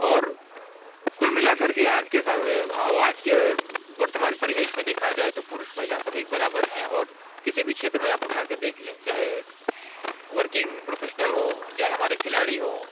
और कुल मिला कर के आज के समय में आज के वर्तमान परिवेश में देखा जाए तो पुरुष महिला सब एक बराबर हैं और किसी भी क्षेत्र में आप उठा कर देख लें चाहे वर्किंग प्रोफ़ेशनल हों चाहे हमारे खिलाड़ी हों